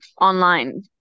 online